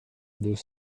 deux